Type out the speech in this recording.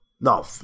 no